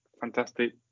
fantastic